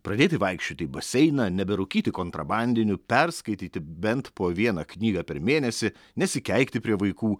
pradėti vaikščioti į baseiną neberūkyti kontrabandinių perskaityti bent po vieną knygą per mėnesį nesikeikti prie vaikų